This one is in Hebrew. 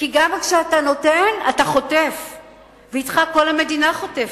כי גם כשאתה נותן אתה חוטף ואתך כל המדינה חוטפת.